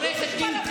נו, נו.